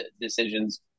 decisions